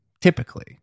typically